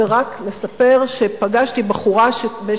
ורק אספר שפגשתי בחורה בת